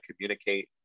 communicate